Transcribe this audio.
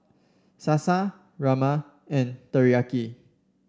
Salsa Rajma and Teriyaki